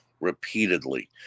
repeatedly